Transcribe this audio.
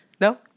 No